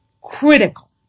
Critical